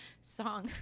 song